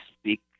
speak